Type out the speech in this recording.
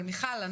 אבל מיכל,